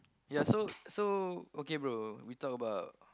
ya so so okay bro we talk about